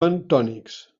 bentònics